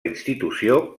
institució